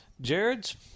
Jared's